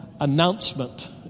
announcement